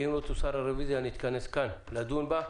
ואם לא תוסר הרוויזיה אנחנו נתכנס כאן לדון בה,